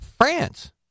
france